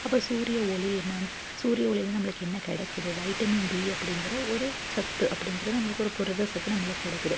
அப்போ சூரிய ஒளி என்ன சூரிய ஒளியில இருந்து நம்மளுக்கு என்ன கிடைக்குது வைட்டமின் டி அப்படிங்கிற ஒரு சத்து அப்படிங்கிறது நம்மளுக்கு ஒரு புரத சத்து நம்மளுக்கு கிடைக்குது